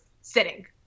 sitting